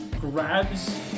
grabs